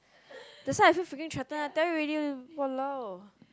that why I feel freaking threaten lah tell you already !walao!